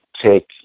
take